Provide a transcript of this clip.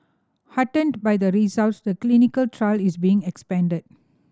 heartened by the results the clinical trial is being expanded